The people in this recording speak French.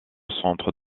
centre